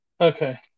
Okay